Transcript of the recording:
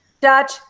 Dutch